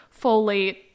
folate